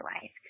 life